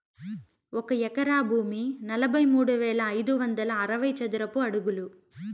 ఒక ఎకరా భూమి నలభై మూడు వేల ఐదు వందల అరవై చదరపు అడుగులు